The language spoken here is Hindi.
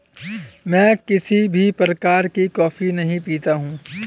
मैं किसी भी प्रकार की कॉफी नहीं पीता हूँ